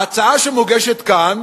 לפי ההצעה שמוגשת כאן